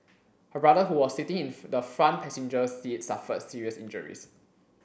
her brother who was sitting in the front passenger seat suffered serious injuries